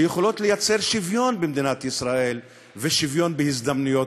שיכולות לייצר שוויון במדינת ישראל ושוויון בהזדמנויות,